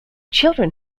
children